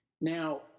Now